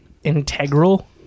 integral